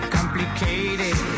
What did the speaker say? Complicated